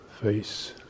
face